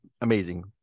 amazing